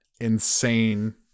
insane